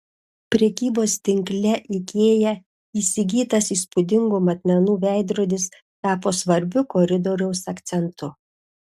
prekybos tinkle ikea įsigytas įspūdingų matmenų veidrodis tapo svarbiu koridoriaus akcentu